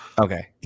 okay